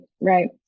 right